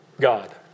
God